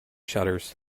shutters